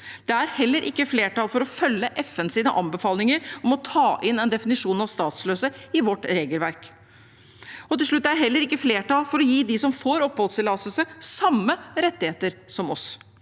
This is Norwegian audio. Det er heller ikke flertall for å følge FNs anbefalinger om å ta inn en definisjon av statsløse i vårt regelverk. Til slutt: Det er heller ikke flertall for å gi dem som får oppholdstillatelse, samme rettigheter som oss